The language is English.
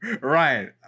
Right